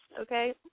okay